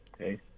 Okay